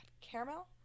caramel